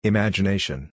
Imagination